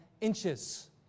inches